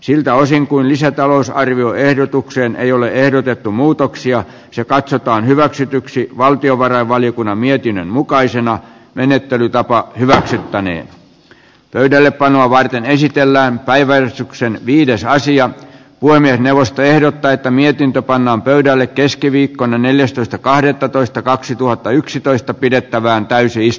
siltä osin kuin lisätalousarvioehdotukseen ei ole ehdotettu muutoksia se katsotaan hyväksytyksi valtiovarainvaliokunnan mietinnön mukaisina menettelytapaa hyväksyttäneen pöydällepanoa varten esitellään päiväystyksen viides sija puhemiesneuvosto ehdottaa että mietintö pannaan pöydälle keskiviikkona neljästoista kahdettatoista kaksituhattayksitoista pidettävään tai mukaisena